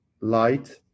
light